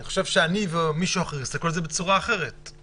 אני חושב שאני אסתכל על זה בצורה אחרת ממישהו אחר.